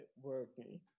working